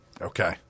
Okay